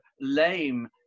lame